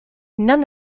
none